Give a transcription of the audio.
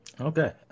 okay